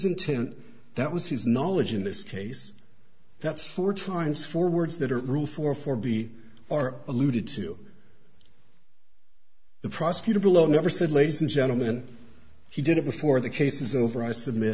intent that was his knowledge in this case that's four times four words that are true for four b are alluded to the prosecutor below never said ladies and gentlemen he did it before the case is over i submit